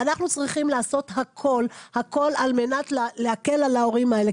אנחנו צריכים לעשות הכול על מנת להקל על ההורים האלה,